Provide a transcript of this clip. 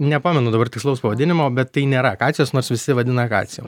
nepamenu dabar tikslaus pavadinimo bet tai nėra akacijos nors visi vadina akacijom